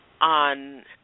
on